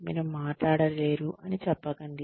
మీరు మాట్లాడలేరు అని చెప్పకండి